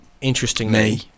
interestingly